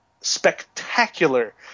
spectacular